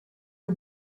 you